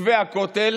מתווה הכותל